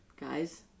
Guys